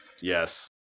Yes